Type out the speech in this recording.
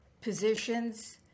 positions